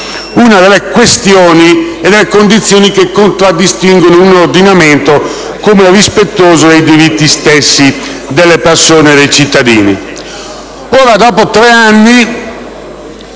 del processo una delle condizioni che contraddistinguono un ordinamento come rispettoso dei diritti stessi delle persone e dei cittadini.